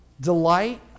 delight